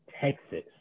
Texas